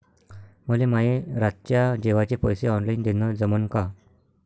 मले माये रातच्या जेवाचे पैसे ऑनलाईन देणं जमन का?